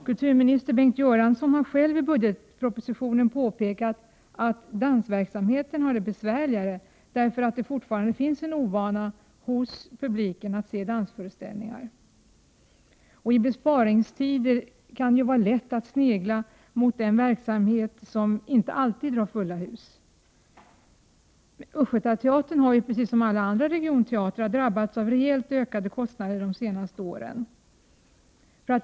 Kulturminister Bengt Göransson har själv i budgetpropositionen påpekat att dansverksamheten har det besvärligare, eftersom publiken fortfarande är ovan att se dansföreställningar. I besparingstider kan det vara lätt att snegla mot den verksamhet som inte alltid drar fulla hus. Östergötlands länsteater har precis som alla andra regionteatrar drabbats av rejält ökade kostnader de senaste åren.